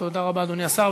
תודה רבה, אדוני השר.